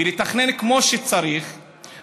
ולתכנן כמו שצריך,